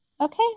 okay